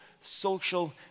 social